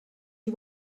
you